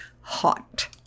hot